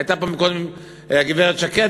הייתה פה קודם גברת שקד,